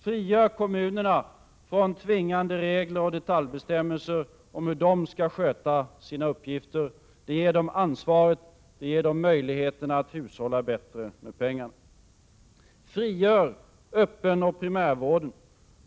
Frigör kommunerna från tvingande regler och detaljbestämmelser om hur de skall sköta sina uppgifter. Det ger dem ansvaret, och det ger dem möjligheter att hushålla bättre med pengarna. Frigör öppenoch primärvården.